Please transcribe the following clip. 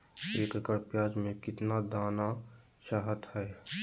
एक एकड़ प्याज में कितना दाना चाहता है?